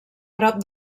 prop